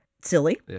Silly